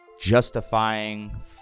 justifying